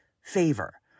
favor